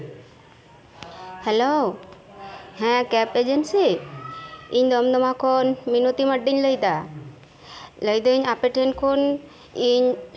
hello cab agency ᱤᱧ ᱫᱚᱢ ᱫᱚᱢᱟ ᱠᱷᱚᱱ ᱢᱤᱱᱚᱛᱤ ᱢᱟᱨᱰᱤᱧ ᱞᱟᱹᱭ ᱮᱫᱟ ᱞᱟᱹᱭ ᱮᱫᱟᱹᱧ ᱟᱯᱮ ᱴᱷᱮᱱ ᱠᱷᱚᱱ ᱤᱧ